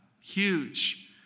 huge